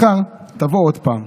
מחר תבוא עוד פעם.